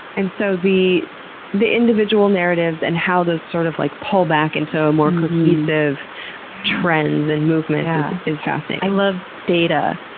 and so the the individual narratives and how those, sort of, like pull back into a more cohesive trends and movements is fascinating? yeah. i love data.